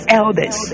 elders